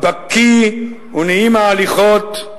הבקי ונעים ההליכות.